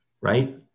right